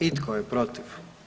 I tko je protiv?